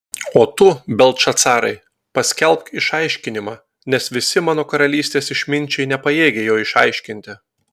o tu beltšacarai paskelbk išaiškinimą nes visi mano karalystės išminčiai nepajėgia jo išaiškinti